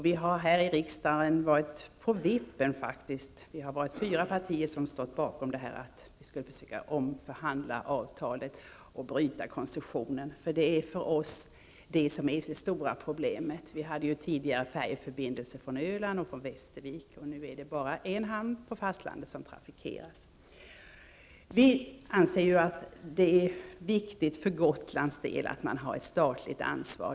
Vi har från fyra partier här i riksdagen föreslagit att avtalet skall omförhandlas och koncessionen brytas -- det som för oss är det stora problemet. Det fanns tidigare färjeförbindelser från Öland och Västervik, men nu är det bara en hamn på fastlandet som har trafik till Gotland. Det är viktigt för Gotland att det finns ett statligt ansvar.